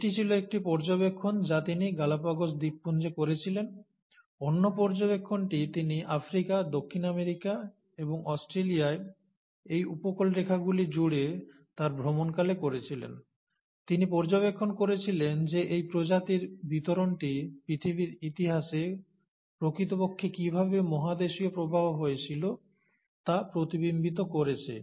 এটি ছিল একটি পর্যবেক্ষণ যা তিনি গ্যালাপাগোস দ্বীপপুঞ্জে করেছিলেন অন্য পর্যবেক্ষণটি তিনি আফ্রিকা দক্ষিণ আমেরিকা এবং অস্ট্রেলিয়ার এই উপকূলরেখাগুলি জুড়ে তাঁর ভ্রমণকালে করেছিলেন তিনি পর্যবেক্ষণ করেছিলেন যে এই প্রজাতির বিতরণটি পৃথিবীর ইতিহাসে প্রকৃতপক্ষে কীভাবে মহাদেশীয় প্রবাহ হয়েছিল তা প্রতিবিম্বিত করেছে